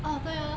啊对呀